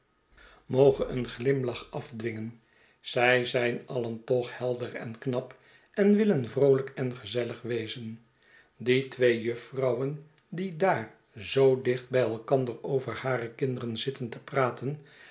een glimlach afdwingen zij zijn alien toch helder en knap en willen vroolijk en gezellig wezen die twee jufvrouwen die daar zoo dicht bij elkander over hare kinderen zitten te praten